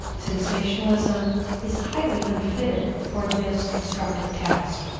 sensationalism is highly unfitted for this constructive task.